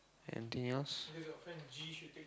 anything else